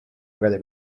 where